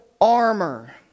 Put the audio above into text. armor